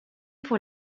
pour